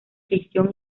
ficción